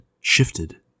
shifted